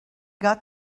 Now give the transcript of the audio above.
got